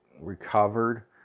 recovered